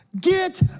get